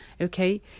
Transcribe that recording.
Okay